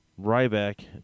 Ryback